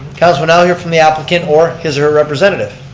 council will now hear from the applicant, or his or her representative.